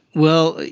well,